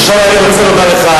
עכשיו אני רוצה לומר לך,